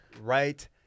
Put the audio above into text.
right